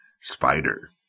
Spider